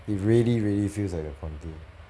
it really really feels like a conti